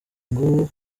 ngo